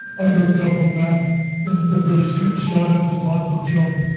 i looked up a map and it's a pretty straight shot up to possum jump.